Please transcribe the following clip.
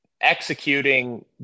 executing